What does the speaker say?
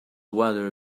weather